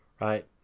right